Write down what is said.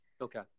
Okay